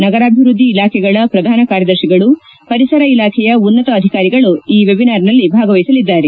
ನಗರಾಭಿವೃದ್ದಿ ಇಲಾಖೆಗಳ ಪ್ರಧಾನ ಕಾರ್ಯದರ್ತಿಗಳು ಪರಿಸರ ಇಲಾಖೆಯ ಉನ್ನತ ಅಧಿಕಾರಿಗಳು ಈ ವೆಬಿನಾರ್ನಲ್ಲಿ ಭಾಗವಹಿಸಲಿದ್ದಾರೆ